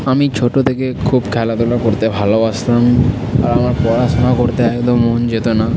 আমি ছোটো থেকে খুব খেলাধুলো করতে ভালবাসতাম আর আমার পড়াশোনা করতে একদম মন যেত না